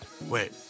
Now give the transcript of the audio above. wait